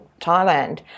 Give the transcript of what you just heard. Thailand